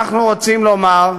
אנחנו רוצים לומר,